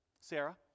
Sarah